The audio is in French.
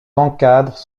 encadrent